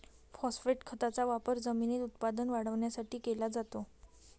phosphate खताचा वापर जमिनीत उत्पादन वाढवण्यासाठी केला जातो